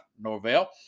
Norvell